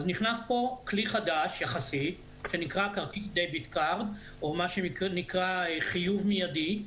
נכנס פה כלי חדש יחסית שנקרא כרטיס דביט קארד או מה שנקרא חיוב מיידי,